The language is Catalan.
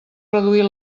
reduir